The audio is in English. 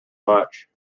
much